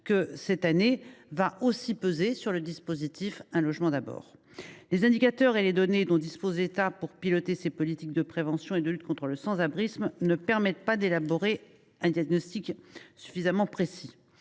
que cette année – pèsera sur ce dispositif. Les indicateurs et les données dont dispose l’État pour piloter ses politiques de prévention et de lutte contre le sans abrisme ne permettent pas d’élaborer un diagnostic suffisamment précis.